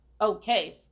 okay